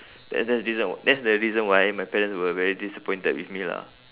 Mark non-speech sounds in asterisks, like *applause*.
that's that's the *noise* that's the reason why my parents were very disappointed with me lah